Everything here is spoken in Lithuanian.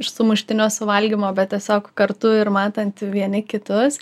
ir sumuštinio suvalgymo bet tiesiog kartu ir matant vieni kitus